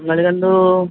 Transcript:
ನನಗೊಂದು